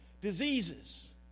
diseases